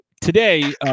today